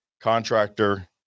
contractor